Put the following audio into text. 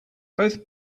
both